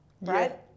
right